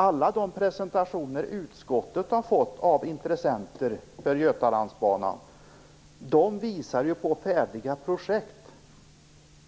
Alla de presentationer utskottet har fått av intressenter för Götalandsbanan visar ju på färdiga projekt